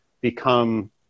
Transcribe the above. become